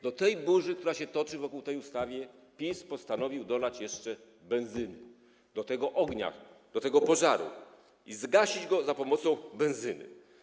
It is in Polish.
Do tej burzy, która się toczy wokół tej ustawy, PiS postanowił dolać jeszcze benzyny, do tego ognia, do tego pożaru i zgasić go za pomocą benzyny.